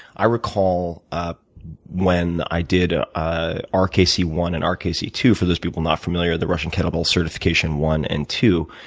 i recall ah when i did ah ah r k c one and r k c two. for those people not familiar, the russian kettle ball certification one and two,